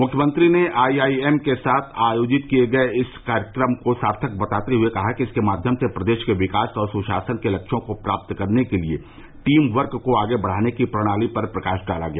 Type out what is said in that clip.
मुख्यमंत्री ने I I M के साथ आयोजित किये गये इस कार्यक्रम को सार्थक बताते हुए कहा कि इसके माध्यम से प्रदेश के विकास और सुशासन के लक्ष्यों को प्राप्त करने के लिए टीम वर्क को आगे बढ़ाने की प्रणाली पर प्रकाश डाला गया